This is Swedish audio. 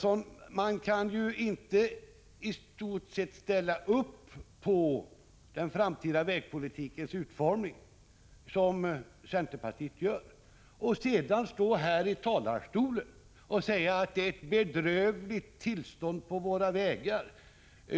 Man kan inte, Gösta Andersson, i stort sett ställa sig bakom utformningen av den framtida vägpolitiken, som centerpartiet gör, och sedan här i talarstolen säga att det är ett bedrövligt tillstånd på våra vägar.